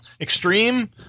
extreme